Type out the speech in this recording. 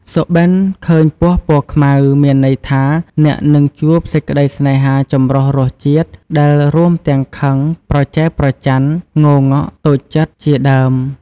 សុបិន្តឃើញពស់ពណ៌ខ្មៅ មានន័យថាអ្នកនឹងជួបសេចក្តីសេ្នហាចម្រុះរសជាតិដែលរួមទាំងខឹង ប្រចែប្រចណ្ឌ ងង៉ក់ តូចចិត្ត ជាដើម។